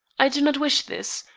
i do not wish this,